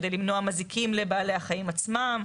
כדי למנוע מזיקים לבעלי החיים עצמם.